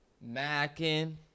Mackin